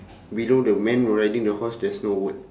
below the man riding the horse there's no word